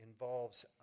involves